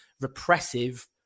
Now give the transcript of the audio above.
repressive